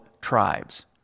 tribes